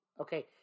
okay